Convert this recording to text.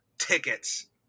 tickets